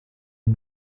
une